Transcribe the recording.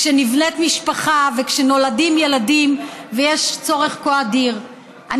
כשנבנית משפחה וכשנולדים ילדים ויש צורך כה אדיר בעבודה.